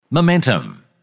Momentum